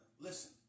listen